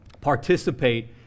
Participate